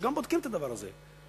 מה זה ערבול?